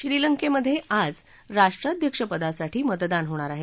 श्रीलंकेमधे आज राष्ट्रध्यक्ष पदासाठी मतदान होणार आहे